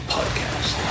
Podcast